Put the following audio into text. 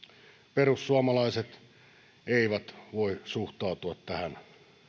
perussuomalaiset eivät voi suhtautua tähän